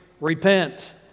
Repent